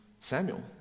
Samuel